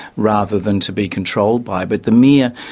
rather than to be controlled by, but the mere.